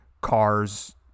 car's